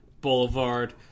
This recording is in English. Boulevard